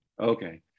okay